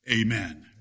Amen